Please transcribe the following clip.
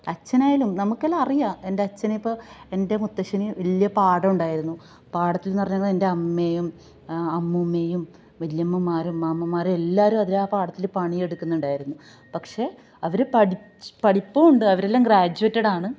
അച്ഛനായാലും നമുക്കെല്ലാറിയാം എന്റെ അച്ഛനിപ്പോൾ എന്റെ മുത്തശ്ശന് വലിയ പാടവുണ്ടായിരുന്നു പാടത്തില്ന്ന് പറഞ്ഞാൽ എന്റെ അമ്മയും അമ്മുമ്മയും വലിയമ്മമാരും മാമന്മാരുവെല്ലാവരും അതിലാണ് പാടത്തിൽ പണിയെടുക്കുന്നുണ്ടായിരുന്നു പക്ഷേ അവർ പഠിച്ചു പഠിപ്പുവുണ്ട് അവരെല്ലാം ഗ്രാജുവേറ്റഡാണ്